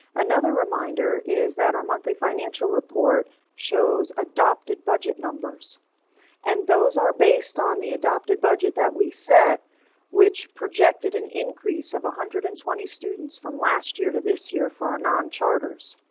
another reminder is that our monthly financial report shows adopted budget numbers and those are based on the adopted budget that we set which projected an increase of one hundred and twenty students from last year to this year. for our non charters.